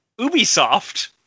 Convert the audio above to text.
Ubisoft